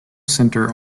center